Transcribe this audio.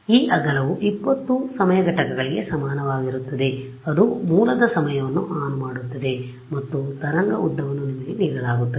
ಆದ್ದರಿಂದ ಈ ಅಗಲವು 20 ಸಮಯ ಘಟಕಗಳಿಗೆ ಸಮನಾಗಿರುತ್ತದೆ ಅದು ಮೂಲದ ಸಮಯವನ್ನು ಆನ್ ಮಾಡುತ್ತದೆ ಮತ್ತು ತರಂಗ ಉದ್ದವನ್ನು ನಿಮಗೆ ನೀಡಲಾಗುತ್ತದೆ